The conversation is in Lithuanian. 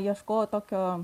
ieškojau tokio